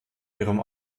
ihrem